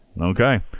okay